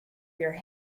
your